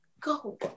go